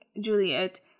Juliet